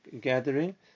gathering